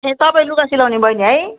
ए तपाईँ लुगा सिलाउने बहिनी है